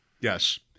Yes